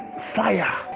fire